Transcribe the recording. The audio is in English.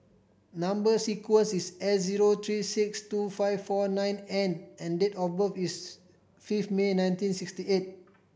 number sequence is S zero three six two five four nine N and date of birth is fifth May nineteen sixty eight